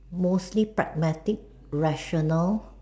mostly pragmatic rational